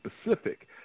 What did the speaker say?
Specific